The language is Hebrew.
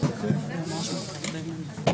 היועצת המשפטית,